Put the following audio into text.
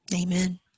Amen